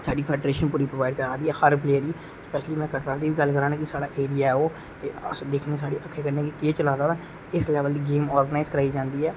साढ़ी federation provide करवा दी ऐ हर प्लेयर गी ग्रां दी बी गल्ल करां ने साढ़ा ऐरिया ऐ ओह् अस दिक्खने साढ़ी अक्खी कन्नै कि केह् चला दा ऐ ओह् जिसले गेम आरॅगैनाइज कराई जंदी ऐ